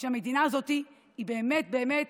שהמדינה הזאת היא באמת באמת